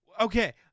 okay